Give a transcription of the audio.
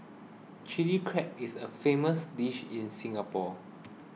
Chilli Crab is a famous dish in Singapore